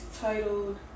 titled